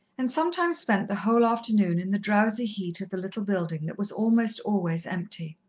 and sometimes spent the whole afternoon in the drowsy heat of the little building, that was almost always empty.